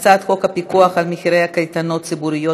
הצעת חוק הפיקוח על מחירי קייטנות ציבוריות,